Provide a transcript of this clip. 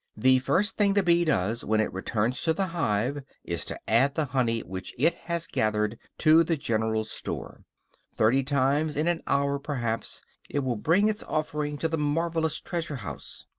the first thing the bee does when it returns to the hive is to add the honey which it has gathered to the general store thirty times in an hour perhaps it will bring its offering to the marvelous treasure-house.